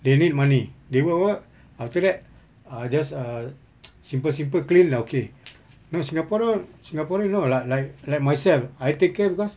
they need money they work work after that ah just err simple simple clean dah okay no singaporean singaporean no like like like myself I take care because